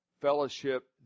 fellowship